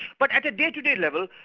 but at the day-to-day level,